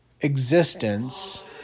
existence